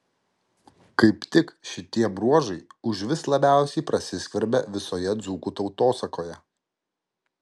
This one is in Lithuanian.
kaip tik šitie bruožai užvis labiausiai prasiskverbia visoje dzūkų tautosakoje